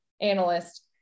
analyst